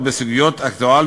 הציוני.